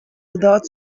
without